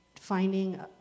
finding